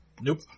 Nope